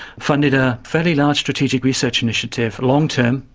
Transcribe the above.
funded a fairly large strategic research initiative, long-term,